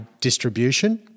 distribution